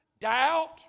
doubt